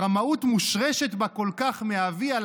הרמאות מושרשת בה כל כך מאביה,